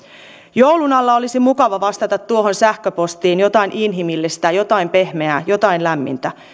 joulun alla olisi mukava vastata tuohon sähköpostiin jotain inhimillistä jotain pehmeää jotain lämmintä